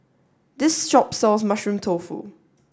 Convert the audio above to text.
this shop sells Mushroom Tofu